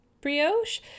brioche